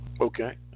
Okay